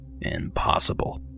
impossible